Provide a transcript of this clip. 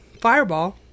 fireball